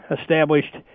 established